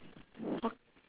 oh